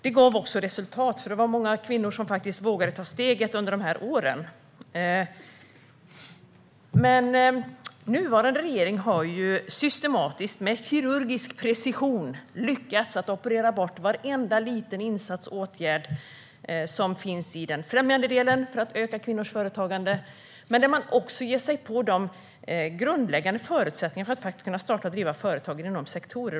Det gav också resultat, för det var många kvinnor som vågade ta steget under de här åren. Men nuvarande regering har systematiskt med kirurgisk precision lyckats att operera bort varenda liten insats och åtgärd som finns i främjandedelen för att öka kvinnors företagande. Man ger sig också på de grundläggande förutsättningarna för att kunna starta och driva företag inom dessa sektorer.